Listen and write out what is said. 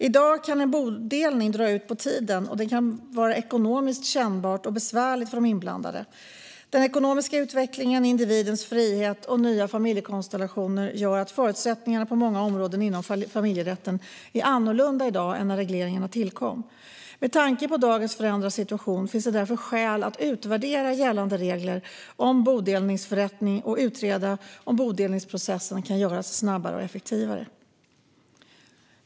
I dag kan en bodelning dra ut på tiden, och det kan vara ekonomiskt kännbart och besvärligt för de inblandade. Den ekonomiska utvecklingen, individens frihet och nya familjekonstellationer gör att förutsättningarna på många områden inom familjerätten är annorlunda i dag än när regleringen tillkom. Med tanke på dagens förändrade situation finns det därför skäl att utvärdera gällande regler om bodelningsförrättning och utreda om bodelningsprocessen kan göras snabbare och effektivare.